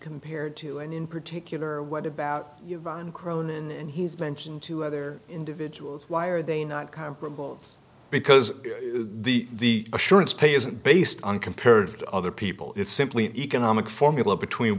compared to and in particular what about cronin and he's mentioned two other individuals why are they not comparable because the assurance pay isn't based on compared to other people it's simply an economic formula between